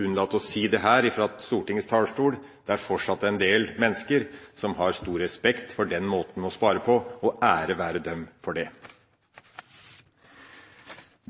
unnlate å si dette fra Stortingets talerstol. Det er fortsatt en del mennesker som har stor respekt for den måten å spare på. Og ære være dem for det!